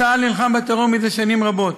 צה"ל נלחם בטרור זה שנים רבות.